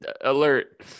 alert